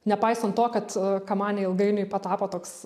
nepaisant to kad kamanė ilgainiui patapo toks